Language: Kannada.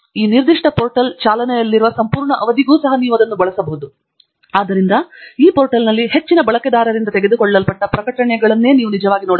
ಈ ನಿರ್ದಿಷ್ಟ ಪೋರ್ಟಲ್ ಚಾಲನೆಯಲ್ಲಿರುವ ಸಂಪೂರ್ಣ ಅವಧಿಗೂ ಸಹ ನೀವು ಅದನ್ನು ಬಳಸಬಹುದು ಆದ್ದರಿಂದ ಈ ಪೋರ್ಟಲ್ನಲ್ಲಿ ಹೆಚ್ಚಿನ ಬಳಕೆದಾರರಿಂದ ತೆಗೆದುಕೊಳ್ಳಲ್ಪಟ್ಟ ಪ್ರಕಟಣೆಗಳೇ ನೀವು ನಿಜವಾಗಿ ನೋಡಬಹುದು